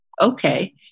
Okay